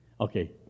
Okay